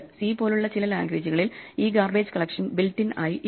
C പോലുള്ള ചില ലാംഗ്വേജുകളിൽ ഈ ഗാർബേജ് കളക്ഷൻ ബിൽറ്റ് ഇൻ ആയി ഇല്ല